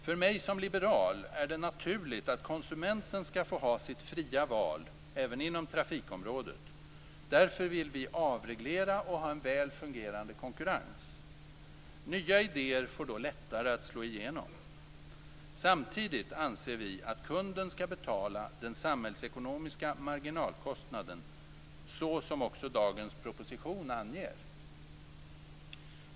För mig som liberal är det naturligt att konsumenten skall få ha sitt fria val, även inom trafikområdet. Därför vill vi avreglera och ha en väl fungerande konkurrens. Nya idéer får då lättare att slå igenom. Samtidigt anser vi att kunden skall betala den samhällsekonomiska marginalkostnaden, så som också dagens proposition anger.